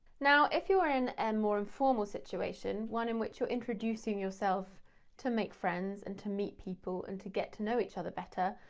now, if you are in a and more informal situation, one in which you're introducing yourself to make friends and to meet people and to get to know each other better,